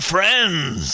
Friends